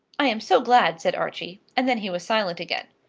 i am so glad, said archie and then he was silent again.